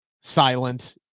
silent